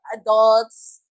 adults